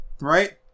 right